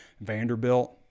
Vanderbilt